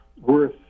worth